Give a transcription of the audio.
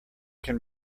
can